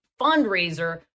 fundraiser